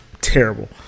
terrible